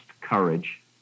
courage